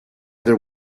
there